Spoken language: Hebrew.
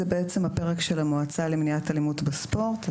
זה הפרק של המועצה למניעת אלימות בספורט.